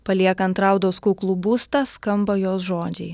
paliekant raudos kuklų būstą skamba jos žodžiai